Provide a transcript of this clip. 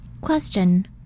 Question